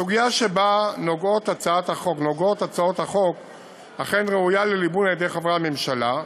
הסוגיה שבה נוגעות הצעות החוק אכן ראויה לליבון על-ידי חברי הממשלה.